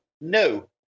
no